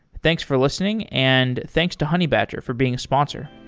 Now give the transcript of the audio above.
thanks for lis tening, and thanks to honeybadger for being a sponsor